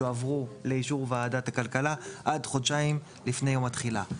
יועברו לאישור ועדת הכלכלה עד חודשיים לפני יום התחילה.